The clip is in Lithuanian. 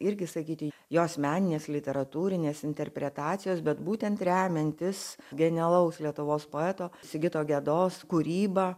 irgi sakyti jos meninės literatūrinės interpretacijos bet būtent remiantis genialaus lietuvos poeto sigito gedos kūryba